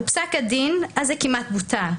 ופסק הדין הזה כמעט בוטל,